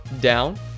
down